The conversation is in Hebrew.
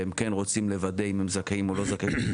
והם כן רוצים לוודא האם הם זכאים או לא זכאים.